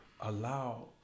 allow